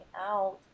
out